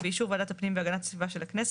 ובאישור ועדת הפנים והגנת הסביבה של הכנסת,